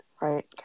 Right